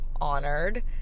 honored